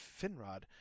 Finrod